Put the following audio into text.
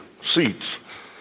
seats